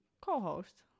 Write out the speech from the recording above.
co-host